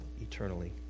eternally